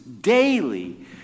daily